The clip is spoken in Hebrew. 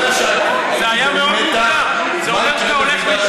לא ישנתי, הייתי במתח מה יקרה בוועידת